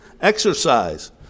Exercise